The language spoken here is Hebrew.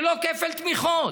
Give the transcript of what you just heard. זה לא כפל תמיכות.